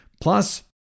Plus